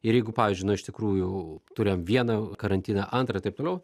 ir jeigu pavyzdžiui na iš tikrųjų turėjom vieną karantiną antrą taip toliau